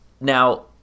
now